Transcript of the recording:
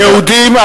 יהודים,